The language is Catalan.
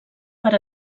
per